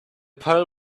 pearl